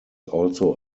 also